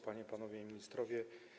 Panie i Panowie Ministrowie!